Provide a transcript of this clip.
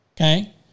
okay